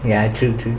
ya true true